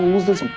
who's this?